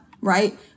right